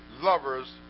lovers